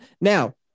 Now